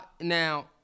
now